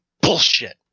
Bullshit